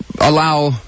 allow